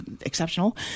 exceptional